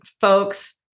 folks